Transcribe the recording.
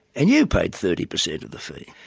and you paid thirty percent of the fee.